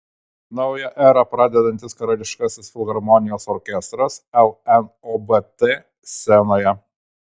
naują erą pradedantis karališkasis filharmonijos orkestras lnobt scenoje